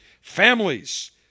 Families